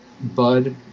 Bud